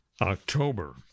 October